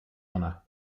honor